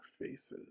faces